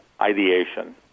ideation